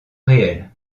réel